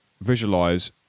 visualize